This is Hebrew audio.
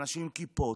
אנשים עם כיפות,